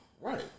Right